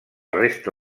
resta